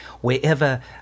wherever